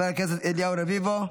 חבר הכנסת אליהו רביבו,